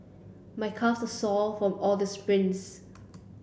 my calves are sore from all the sprints